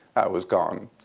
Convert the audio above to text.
was gone.